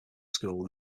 school